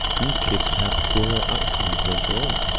these kids have poorer outcomes later on,